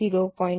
32 0